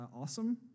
awesome